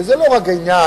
כי זה לא רק עניין